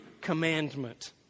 commandment